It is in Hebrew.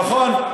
נכון.